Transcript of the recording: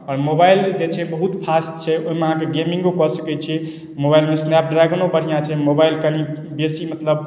आओर मोबाइल जे छै बहुत फास्ट छै ओहिमे अहाँके गेमिंगो कऽ सकैत छी मोबाइलमे स्नैप ड्रैगनो बढ़िआँ छै मोबाइल कनी बेसी मतलब